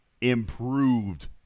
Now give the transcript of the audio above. improved